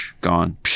Gone